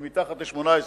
ומתחת ל-18,